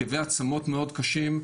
כאבי עצמות מאוד קשים.